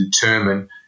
determine